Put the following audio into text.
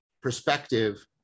perspective